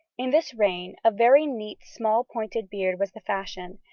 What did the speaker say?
in this reign a very neat small-pointed beard was the fashion,